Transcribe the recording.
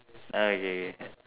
err okay